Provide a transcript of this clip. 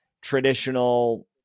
traditional